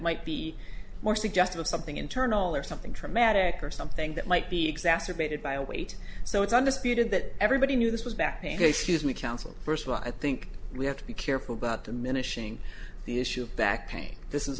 might be more suggestive of something internal or something traumatic or something that might be exacerbated by a wait so it's under speed and that everybody knew this was back pain cases we counsel first of all i think we have to be careful about the minute the issue of back pain this is